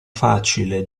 facile